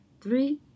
three